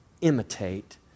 imitate